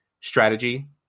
strategy